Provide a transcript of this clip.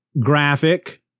graphic